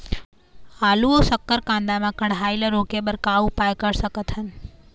आलू अऊ शक्कर कांदा मा कढ़ाई ला रोके बर का उपाय कर सकथन?